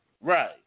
Right